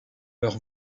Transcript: leur